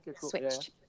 switched